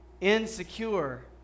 insecure